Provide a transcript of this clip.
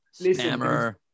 listen